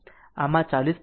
9 o છે